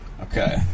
Okay